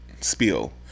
spiel